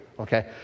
okay